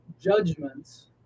judgments